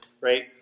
right